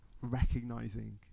recognizing